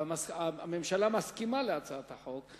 והממשלה מסכימה להצעת החוק,